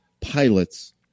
pilots